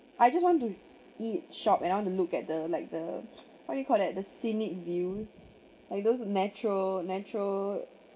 I just want to eat shop and I want to look at the like the what do you call that the scenic views like those natural natural